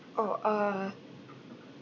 orh uh